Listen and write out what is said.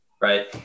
right